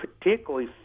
particularly